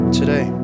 today